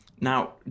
now